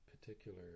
particular